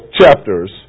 chapters